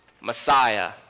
Messiah